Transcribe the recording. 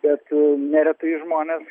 bet neretai žmonės